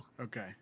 Okay